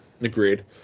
agreed